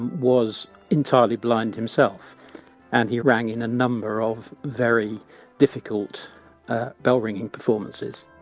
was entirely blind himself and he rang in a number of very difficult bell ringing performances